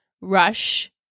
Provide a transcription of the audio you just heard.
rush